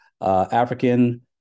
African